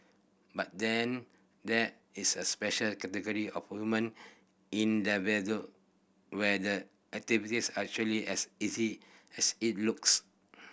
but then there is a special category of human endeavour where the activities are actually as easy as it looks